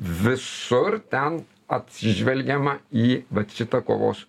visur ten atsižvelgiama į šitą kovos